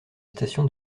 station